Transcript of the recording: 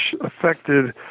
affected